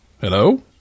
Hello